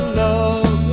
love